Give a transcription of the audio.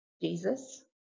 Jesus